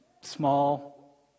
small